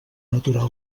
natural